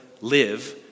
live